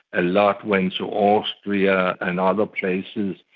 a lot went to austria and other places.